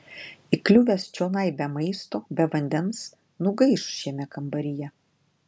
įkliuvęs čionai be maisto be vandens nugaiš šiame kambaryje